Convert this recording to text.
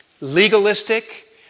legalistic